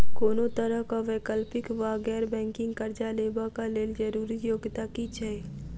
कोनो तरह कऽ वैकल्पिक वा गैर बैंकिंग कर्जा लेबऽ कऽ लेल जरूरी योग्यता की छई?